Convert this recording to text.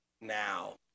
now